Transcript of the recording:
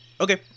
Okay